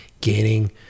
gaining